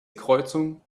kreuzung